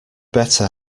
better